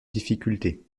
difficulté